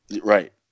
right